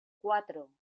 cuatro